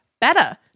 better